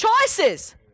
choices